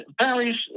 Paris